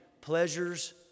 pleasures